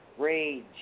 Rage